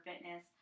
fitness